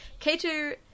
K2